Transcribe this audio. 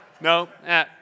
No